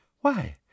Why